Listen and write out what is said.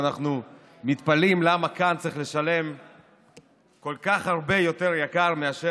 אנחנו מתפלאים למה כאן צריך לשלם כל כך הרבה יותר מאשר